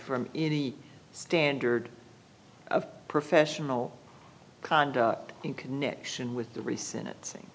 from any standard of professional conduct in connection with the recent